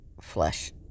flesh